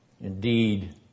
Indeed